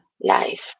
life